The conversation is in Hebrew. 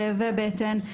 כאבי בטן,